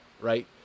right